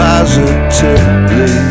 Positively